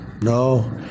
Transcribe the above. No